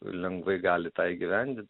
lengvai gali tą įgyvendint